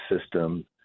system